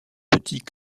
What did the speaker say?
petit